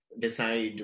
decide